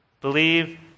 Believe